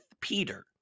Peter